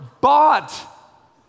bought